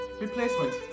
replacement